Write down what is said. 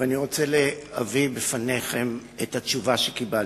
ואני רוצה להביא בפניכם את התשובה שקיבלתי.